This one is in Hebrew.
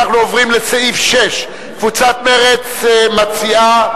אנחנו עוברים לסעיף 6. קבוצת מרצ מציעה,